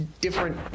different